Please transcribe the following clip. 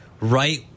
right